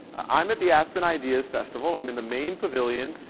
i'm at the aspen ideas festival, i'm in the main pavilion,